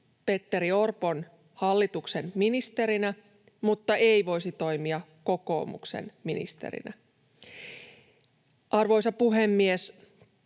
Petteri Orpon hallituksen ministerinä mutta ei voisi toimia kokoomuksen ministerinä? Arvoisa puhemies!